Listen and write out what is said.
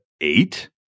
eight